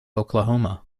oklahoma